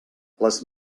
les